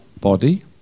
body